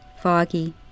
foggy